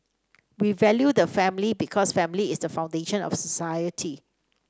we value the family because family is the foundation of society